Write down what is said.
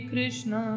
Krishna